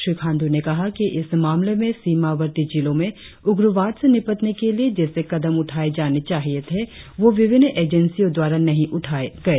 श्री खाण्डू ने कहा कि इस मामले में सीमावर्ती जिलों में उग्रवाद से निपटने के लिए जैसे कदम उठाए जाने चाहिए थे वो विभिन्न एजेंसियों द्वारा नही उठाए गए